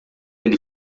ele